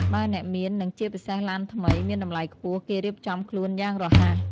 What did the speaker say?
បើអ្នកមាននិងជាពិសេសឡានថ្មី មានតម្លៃខ្ពស់ គេរៀបចំខ្លួនយ៉ាងរហ័ស ។